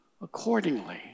accordingly